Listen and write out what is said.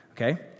Okay